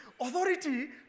Authority